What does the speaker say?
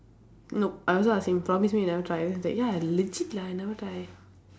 no I also ask him promise me you never try then he was like ya I legit lah I never try